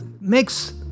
makes